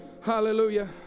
Hallelujah